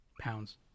pounds